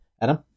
Adam